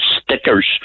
stickers